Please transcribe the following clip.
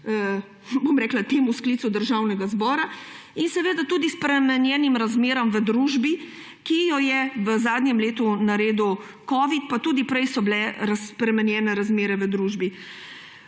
danes, vtem sklicu Državnega zbora; in seveda tudi spremenjenim razmeram v družbi, ki jih je v zadnjem letu naredil covid-19, pa tudi prej so bile spremenjene razmere v družbi.